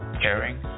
caring